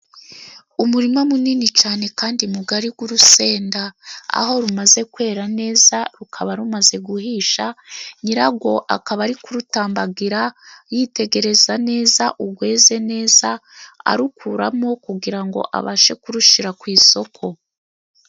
Umurima munini cyane kandi mugari w' urusenda aho rumaze kwera neza, rukaba rumaze guhisha nyirawo akaba ari kurutambagira yitegereza neza urweze neza arukuramo, kugira ngo abashe kurushyira ku isoko.